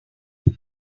have